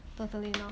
totally not